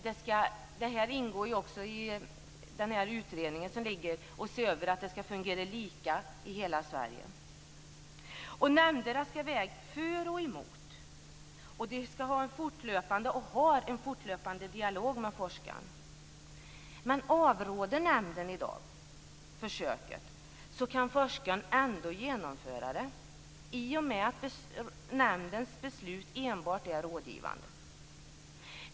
Dessa frågor ingår också i den utredning som arbetar med att undersöka om det fungerar på samma sätt i hela Sverige. Nämnderna skall väga för och emot. De skall ha och har en fortlöpande dialog med forskarna. Avråder nämnden från försöket i dag kan forskarna ändå genomföra det i och med att nämndens beslut enbart är rådgivande.